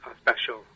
special